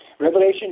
Revelation